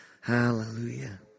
Hallelujah